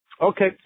Okay